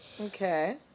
Okay